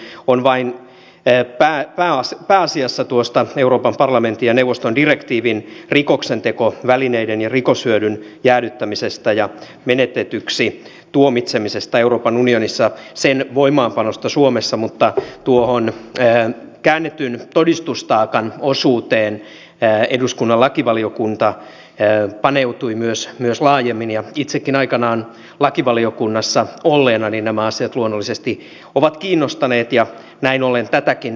kysehän on vain pääasiassa tuosta euroopan parlamentin ja neuvoston direktiivistä rikoksentekovälineiden ja rikoshyödyn jäädyttämiseksi ja menetetyksi tuomitsemiseksi euroopan unionissa sen voimaanpanosta suomessa mutta tuohon käännetyn todistustaakan osuuteen eduskunnan lakivaliokunta paneutui myös laajemmin ja itsekin aikanaan lakivaliokunnassa olleena nämä asiat luonnollisesti ovat kiinnostaneet ja näin ollen tätäkin seurasin